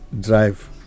drive